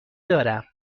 دارم